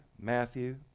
Matthew